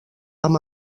amb